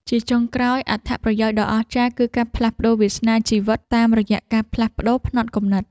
ជាចុងក្រោយ អត្ថប្រយោជន៍ដ៏អស្ចារ្យគឺការផ្លាស់ប្តូរវាសនាជីវិតតាមរយៈការផ្លាស់ប្តូរផ្នត់គំនិត។